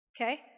okay